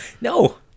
no